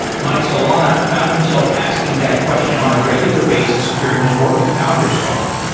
mike solana found himself asking that question on a regular basis during his work at founders fund,